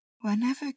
Whenever